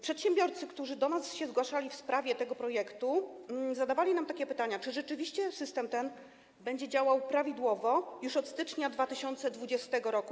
Przedsiębiorcy, którzy się do nas zgłaszali w sprawie tego projektu, zadawali nam takie pytania: Czy rzeczywiście ten system będzie działał prawidłowo już od stycznia 2020 r.